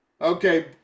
Okay